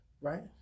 right